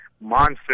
monster